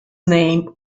name